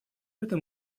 этом